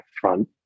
front